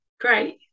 Great